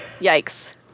Yikes